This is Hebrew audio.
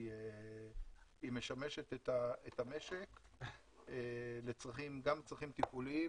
היא משמשת את המשק גם לצרכים טיפוליים,